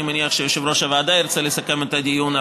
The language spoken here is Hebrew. אני מניח שיושב-ראש הוועדה ירצה לסכם את הדיון,